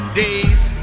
day's